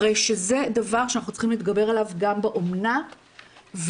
הרי שזה דבר שאנחנו צריכים להתגבר עליו גם באומנה ולא